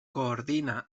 coordina